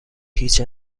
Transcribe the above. هیچ